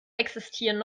existieren